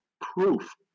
proof